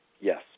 Yes